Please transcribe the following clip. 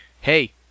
hey